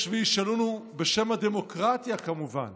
יש וישאלונו, בשם הדמוקרטיה, כמובן: